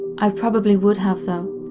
i probably would have though,